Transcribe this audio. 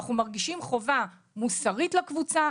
אנחנו מרגישים חובה מוסרית לקבוצה,